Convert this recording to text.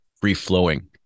free-flowing